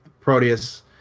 Proteus